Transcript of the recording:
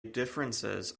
differences